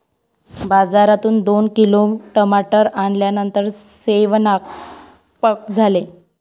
बाजारातून दोन किलो टमाटर आणल्यानंतर सेवन्पाक झाले